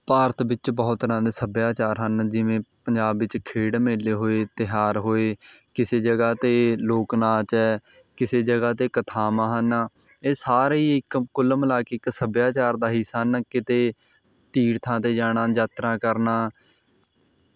ਭਾਰਤ ਵਿੱਚ ਬਹੁਤ ਤਰ੍ਹਾਂ ਦੇ ਸੱਭਿਆਚਾਰ ਹਨ ਜਿਵੇਂ ਪੰਜਾਬ ਵਿੱਚ ਖੇਡ ਮੇਲੇ ਹੋਏ ਤਿਉਹਾਰ ਹੋਏ ਕਿਸੇ ਜਗ੍ਹਾ 'ਤੇ ਲੋਕ ਨਾਚ ਹੈ ਕਿਸੇ ਜਗ੍ਹਾ ਤੇ ਕਥਾਵਾਂ ਹਨ ਇਹ ਸਾਰੇ ਹੀ ਇੱਕ ਕੁੱਲ ਮਿਲਾ ਕੇ ਇੱਕ ਸੱਭਿਆਚਾਰ ਦਾ ਹਿੱਸਾ ਹਨ ਕਿਤੇ ਤੀਰਥਾਂ 'ਤੇ ਜਾਣਾ ਯਾਤਰਾ ਕਰਨਾ